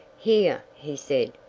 here, he said,